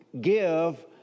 give